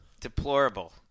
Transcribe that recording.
Deplorable